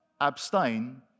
abstain